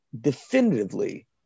definitively